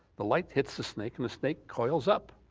the light hits the snake and the snake coils up.